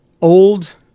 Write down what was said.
Old